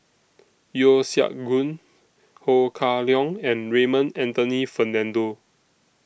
Yeo Siak Goon Ho Kah Leong and Raymond Anthony Fernando